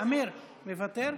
מוותר.